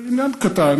עניין קטן,